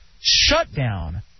shutdown